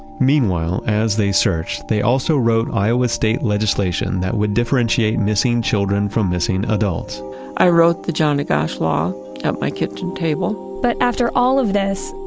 meanwhile, as they searched they also wrote iowa state legislation that would differentiate missing children from missing adults i wrote the johnny gosch law at my kitchen table. but after all of this,